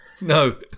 no